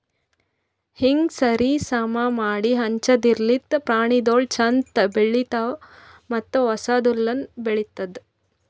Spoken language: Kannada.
ಹೀಂಗ್ ಸರಿ ಸಮಾ ಮಾಡಿ ಹಂಚದಿರ್ಲಿಂತ್ ಪ್ರಾಣಿಗೊಳ್ ಛಂದ್ ಬೆಳಿತಾವ್ ಮತ್ತ ಹೊಸ ಹುಲ್ಲುನು ಬೆಳಿತ್ತುದ್